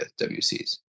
WCs